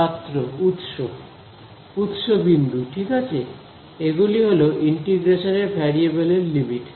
ছাত্র উৎস উৎস বিন্দু ঠিক আছে এগুলি হল ইন্টিগ্রেশনের ভ্যারিয়েবলের লিমিট